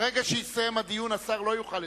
ברגע שיסתיים הדיון, השר לא יוכל לדבר.